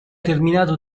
terminato